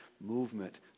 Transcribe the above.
movement